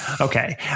Okay